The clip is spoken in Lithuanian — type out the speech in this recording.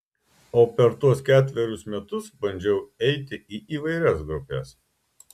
o per tuos ketverius metus bandžiau eiti į įvairias grupes